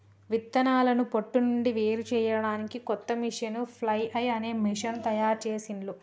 విత్తనాలను పొట్టు నుండి వేరుచేయడానికి కొత్త మెషీను ఫ్లఐల్ అనే మెషీను తయారుచేసిండ్లు